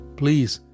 please